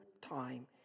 time